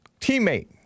Teammate